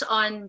on